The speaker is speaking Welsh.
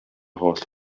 holl